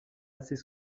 assez